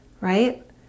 right